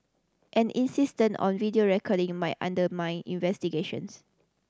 an insistence on video recording might undermine investigations